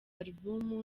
album